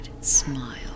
smile